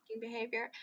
behavior